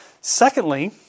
Secondly